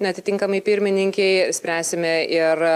na atitinkamai pirmininkei spręsime ir